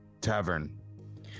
Tavern